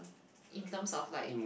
in terms of like